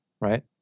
right